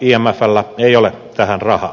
imfllä ei ole tähän rahaa